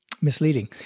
misleading